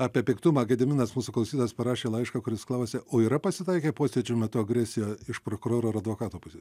apie piktumą gediminas mūsų klausytojas parašė laišką kuris klausia o yra pasitaikę posėdžio metu agresija iš prokuroro ar advokato pusės